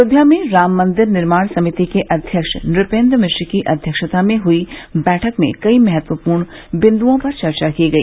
अयोध्या में राम मंदिर निर्माण समिति के अध्यक्ष नुपेन्द्र मिश्र की अध्यक्षता में हई बैठक में कई महत्वपूर्ण बिन्दओं पर चर्चा की गई